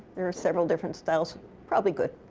there are several different styles probably good.